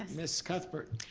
ms. cuthbert.